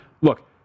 look